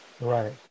Right